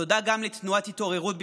תודה גם לתנועת התעוררות בירושלים,